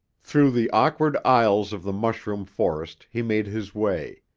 through the awkward aisles of the mushroom forest he made his way,